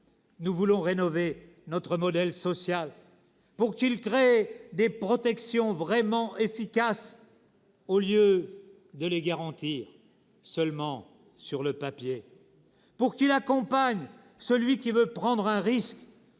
nous voulons rénover notre modèle social : pour qu'il crée des protections vraiment efficaces au lieu de les garantir seulement sur le papier ; pour qu'il accompagne celui qui veut prendre un risque,